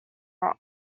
rock